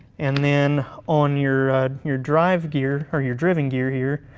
and then on your your drive gear, or your driven gear here,